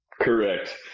Correct